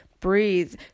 breathe